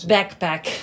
Backpack